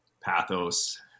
pathos